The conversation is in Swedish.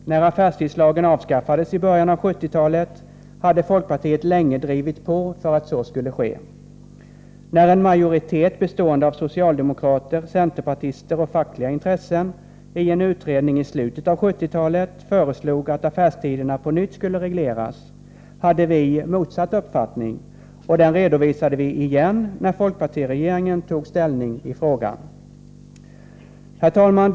När affärstidslagen avskaffades i början av 1970-talet hade folkpartiet länge drivit på för att så skulle ske. När en majoritet bestående av socialdemokrater, centerpartister och företrädare för fackliga intressen i en utredning i slutet av 1970-talet föreslog att affärstiderna på nytt skulle regleras hade vi motsatt uppfattning, och den redovisade vi igen när folkpartiregeringen tog ställning i frågan. Herr talman!